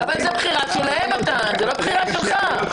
זו בחירה שלהן, לא שלך.